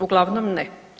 Uglavnom ne.